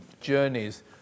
journeys